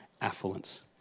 affluence